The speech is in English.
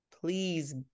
please